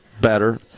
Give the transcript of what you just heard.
better